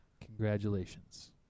Congratulations